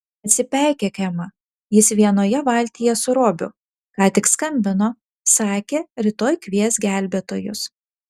atsipeikėk ema jis vienoje valtyje su robiu ką tik skambino sakė rytoj kvies gelbėtojus